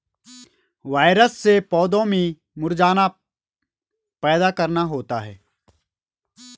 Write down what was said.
virus से पौधों में मुरझाना पैदा करना होता है